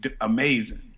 amazing